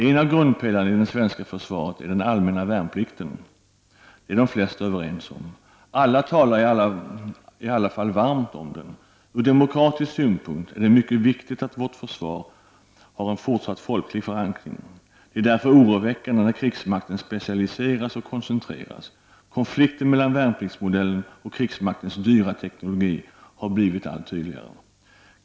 En av grundpelarna i det svenska försvaret är den allmänna värnplikten, det är de flesta överens om. Alla talar i varje fall varmt om den. Ur demokratisk synpunkt är det mycket viktigt att vårt försvar har en fortsatt folklig förankring. Det är därför oroväckande när krigsmakten specialiseras och koncentreras. Konflikten mellan värnpliktsmodellen och krigsmaktens dyra teknologi har blivit allt tydligare.